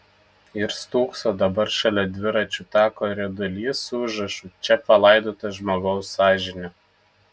ir stūkso dabar šalia dviračių tako riedulys su užrašu čia palaidota žmogaus sąžinė